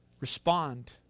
respond